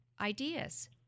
ideas